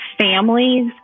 Families